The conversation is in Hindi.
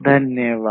धन्यवाद